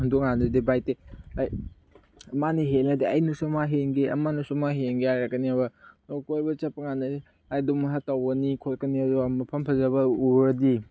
ꯑꯗꯨꯀꯥꯟꯗꯗꯤ ꯕꯥꯏꯛꯇꯤ ꯂꯥꯏꯛ ꯃꯥꯅ ꯍꯦꯜꯂꯗꯤ ꯑꯩꯅꯁꯨ ꯑꯃ ꯍꯦꯟꯒꯦ ꯑꯃꯅꯁꯨ ꯑꯃ ꯍꯦꯟꯒꯦ ꯍꯥꯏꯔꯛꯀꯅꯦꯕ ꯀꯣꯏꯕ ꯆꯠꯄ ꯀꯥꯟꯗꯗꯤ ꯑꯗꯨꯝ ꯇꯧꯒꯅꯤ ꯈꯣꯠꯀꯅꯤ ꯑꯗꯨꯒ ꯃꯐꯝ ꯐꯖꯕ ꯎꯔꯗꯤ